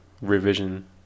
revision